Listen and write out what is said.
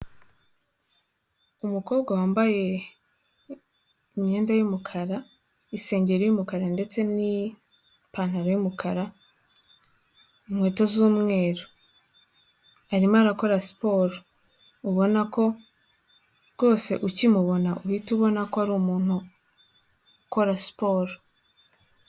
Umukobwa wambaye imyenda y'umukara, isengeri y'umukara ndetse n'ipantaro y'umukara inkweto z'umweru. Arimo arakora siporo ubona ko rwose ukimubona uhita ubona ko ari umuntu ukora siporo.